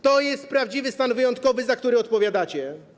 To jest prawdziwy stan wyjątkowy, za który odpowiadacie.